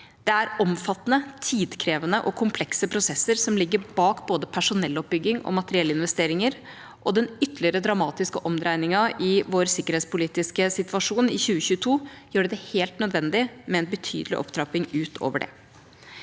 Det er omfattende, tidkrevende og komplekse prosesser som ligger bak både personelloppbygging og materiellinvesteringer, og den ytterligere dramatiske omdreiningen i vår sikkerhetspolitiske situasjon i 2022 gjorde det helt nødvendig med en betydelig opptrapping utover det.